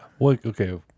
Okay